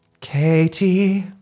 Katie